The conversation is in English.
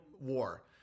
war